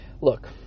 look